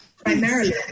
Primarily